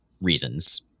reasons